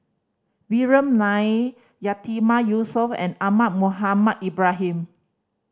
Vikram Nair Yatiman Yusof and Ahmad Mohamed Ibrahim